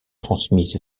transmise